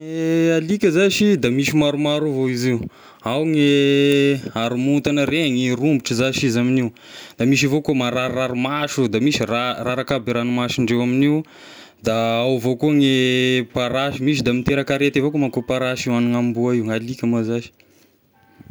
Ny alika zashy da misy maromaro avao izy io, ao gne haromontana regny, romotra zashy izy amin'io, da misy avao koa mararirary maso oh, da misy raha- raraka aby e ragnomason-ndreo amin'io, da ao avao koa gne parasy, misy da miteraka arety avao koa manko io parasy io amigna amboa io, alika moa zashy.